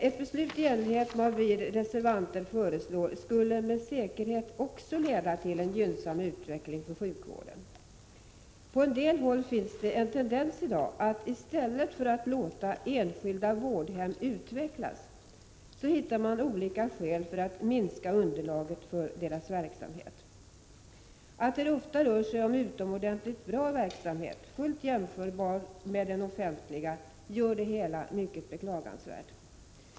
Ett beslut i enlighet med vad vi reservanter föreslår skulle med säkerhet också leda till en gynnsam utveckling för sjukvården. På en del håll finns i dag en tendens att man i stället för att låta enskilda vårdhem utvecklas finner olika skäl för att minska underlaget för deras verksamhet. Att det ofta rör sig om utomordentligt bra verksamhet, fullt jämförbar med den offentliga, gör det hela mycket beklagansvärt.